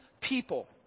people